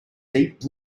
deep